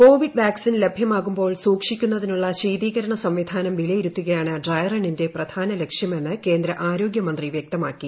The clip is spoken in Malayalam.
കോവിഡ് വാക്സിൻ ലഭ്യമാകുമ്പോൾ സൂക്ഷിക്കുന്നതിനുള്ള ശീതീകരണ സംവിധാനം വിലയിരുത്തുകയാണ് ഡ്രൈ റണ്ണിന്റെ പ്രധാന ലക്ഷ്യമെന്ന് കേന്ദ്ര ആരോഗൃ മന്ത്രി വൃക്തമാക്കി